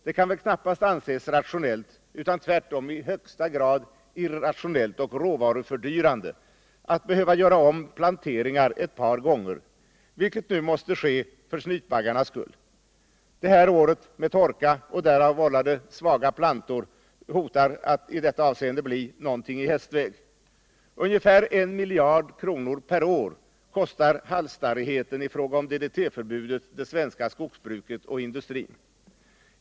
Det kan knappast anses rationellt utan tvärtom i högsta grad irrationellt och råvarufördyrande att behöva göra om planteringar ett par gånger, vilket nu måste ske för snytbaggarnas skull. Det här året med torka och därav vållade svaga plantor hotar att i detta avseende bli någonting i hästväg. Ungefär en miljard kronor per år kostar halsstarrigheten i fråga om DDT-förbudet det svenska skogsbruket och industrin.